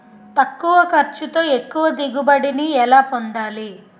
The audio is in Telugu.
తక్కువ ఖర్చుతో ఎక్కువ దిగుబడి ని ఎలా పొందాలీ?